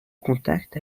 contact